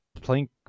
Plank